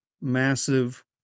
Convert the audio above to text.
massive